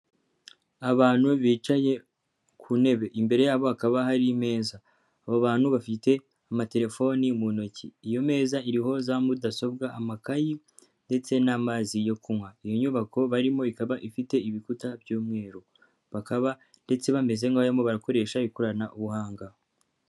Abantu bicaye ku ntebe, imbere yabo hakaba hari meza, abo bantu bafite amatelefoni mu ntoki, iyo meza iriho za mudasobwa, amakayi ndetse n'amazi yo kunywa, iyo nyubako barimo ikaba ifite ibikuta by'umweru, bakaba ndetse bameze nk'aho barimo barakoresha ikoranabuhanga.